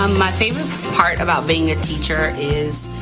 um my favorite part about being a teacher is,